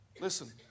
Listen